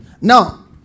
Now